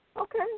Okay